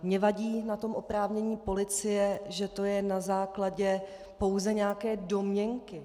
Mně vadí na tom oprávnění policie, že to je na základě pouze nějaké domněnky.